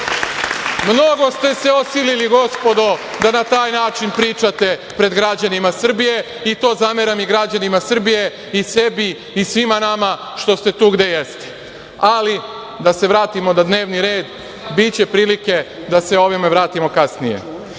ste se osilili, gospodo, da na taj način pričate pred građanima Srbije, a to zameram i građanima Srbije, i sebi i svima nama što ste tu gde jeste. Ali, da se vratimo na dnevni red, biće prilike da se ovima vratimo kasnije. Danas